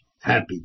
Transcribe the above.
Happy